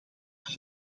het